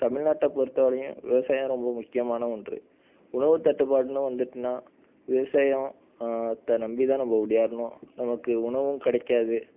தமிழ்நாட்டை பொறுத்தவரையும் விவசாயம் ரொம்ப முக்கியமான ஒன்று உணவு தட்டுப்பாடுனு வந்துட்டுனா விவசாயத்தை நம்பிதான் நம்ம ஒடியாறணும் நமக்கு உணவும் கிடைக்காது